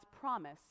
promise